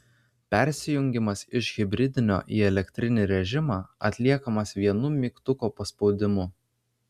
persijungimas iš hibridinio į elektrinį režimą atliekamas vienu mygtuko paspaudimu